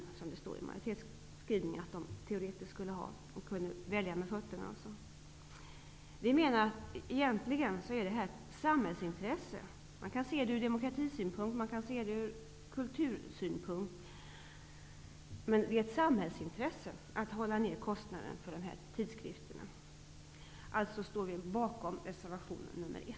I majoritetsskrivningen menar man att de teoretiskt skulle kunna välja med fötterna. Egentligen är det ett samhällsintresse ur demokratisynpunkt och ur kultursynpunkt att hålla ner kostnaderna för dessa tidskrifter. Vi står alltså bakom reservation nr 1.